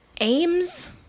aims